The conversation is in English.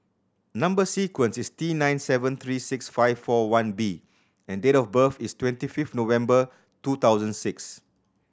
number sequence is T nine seven three six five four one B and date of birth is twenty fifth November two thousand six